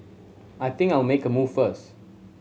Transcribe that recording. I think I'll make a move first